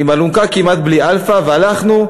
עם אלונקה, כמעט בלי אלפ"ה, והלכנו,